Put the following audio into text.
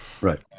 Right